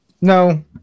no